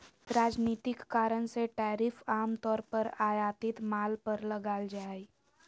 राजनीतिक कारण से टैरिफ आम तौर पर आयातित माल पर लगाल जा हइ